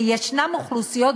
ויש אוכלוסיות,